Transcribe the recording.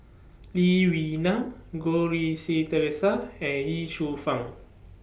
Lee Wee Nam Goh Rui Si Theresa and Ye Shufang